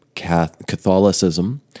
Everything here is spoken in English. Catholicism